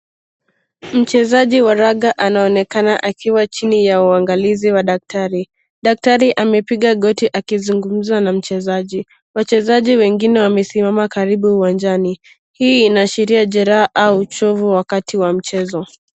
Mchezaji wa raga anaonekana akiwa chini ya uangalizi wa daktari. Daktari amepiga goti akizungumza na mchezaji. Wachezaji wengine wamesimama karibu uwanjani. Hii inaashiria jeraha au uchovu wakati wa mchezo.